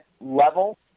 level